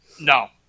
No